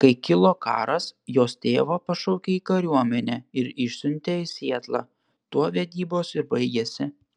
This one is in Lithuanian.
kai kilo karas jos tėvą pašaukė į kariuomenę ir išsiuntė į sietlą tuo vedybos ir baigėsi